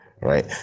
Right